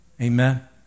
Amen